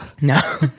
No